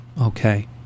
Okay